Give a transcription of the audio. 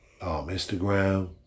Instagram